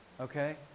okay